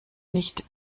nicht